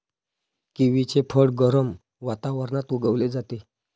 किवीचे फळ गरम वातावरणात उगवले जाते